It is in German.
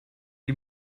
die